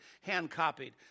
hand-copied